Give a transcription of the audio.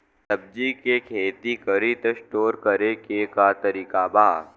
सब्जी के खेती करी त स्टोर करे के का तरीका बा?